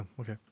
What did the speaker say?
Okay